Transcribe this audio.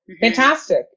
Fantastic